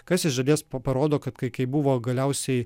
kas iš dalies parodo kad kai kai buvo galiausiai